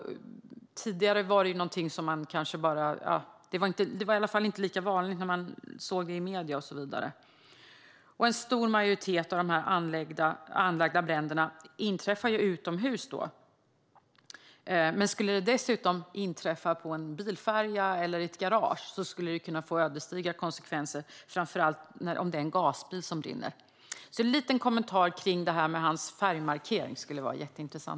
Tidigare var det inte lika vanligt, och man såg det inte i medierna och så vidare. En stor majoritet av de anlagda bränderna inträffar utomhus, men skulle de inträffa på en bilfärja eller i ett garage skulle det kunna få ödesdigra konsekvenser, framför allt om det är en gasbil som brinner. Det skulle vara jätteintressant att höra en kommentar om förslaget med en färgmarkering.